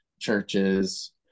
churches